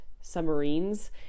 submarines